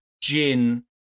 gin